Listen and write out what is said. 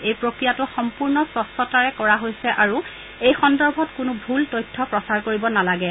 এই প্ৰক্ৰিয়াটো সম্পূৰ্ণ স্বচ্ছতাৰে কৰা হৈছে আৰু এই সন্দৰ্ভত কোনো ভূল তথ্য প্ৰচাৰ কৰিব নালাগে